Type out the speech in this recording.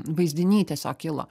vaizdiniai tiesiog kilo